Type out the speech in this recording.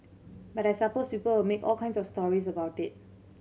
but I suppose people will make all kinds of stories about it